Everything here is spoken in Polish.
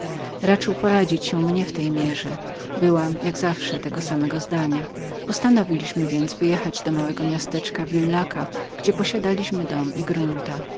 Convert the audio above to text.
raczył poradzić się mnie w tej mierze byłam jak w ogóle zawsze tego samego zdania postanowiliśmy więc wyjechać do małego miasteczka villaca gdzie posiadaliśmy dom i grunta